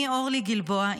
"אני אורלי גלבוע,